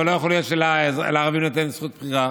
אבל לא יכול להיות שלערבי ניתן זכות בחירה.